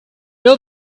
know